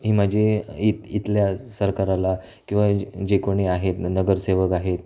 ही माझी इ इथल्या सरकाराला किंवा ज जे कोणी आहेत नगरसेवक आहेत